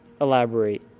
Elaborate